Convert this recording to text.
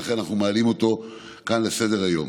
ולכן אנחנו מעלים אותו כאן לסדר-היום.